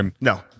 No